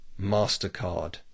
MasterCard